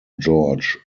george